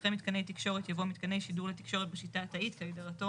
אחרי "מתקני תקשורת" יבוא "מתקני שידור לתקשורת בשיטה התאית כהגדרתו